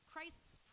Christ's